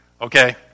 Okay